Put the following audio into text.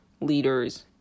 leaders